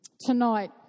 tonight